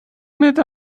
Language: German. mit